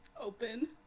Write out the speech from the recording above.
open